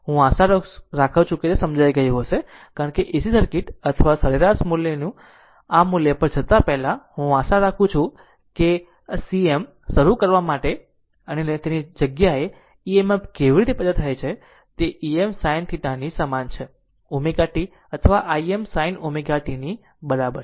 હું આશા રાખું છું કે આ સમજી ગયો છે કારણ કે AC સર્કિટ્સ અથવા સરેરાશ મૂલ્યના સરેરાશ મૂલ્ય અને અન્ય વસ્તુ પર જતા પહેલા હું આશા રાખું છું કે સીએમ શરૂ કરવા લેવાની જગ્યાએ EMF કેવી રીતે પેદા થાય છે તે Em sin સમાન છે ω t અથવા i M sin ω t ની બરાબર છે